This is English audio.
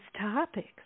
topics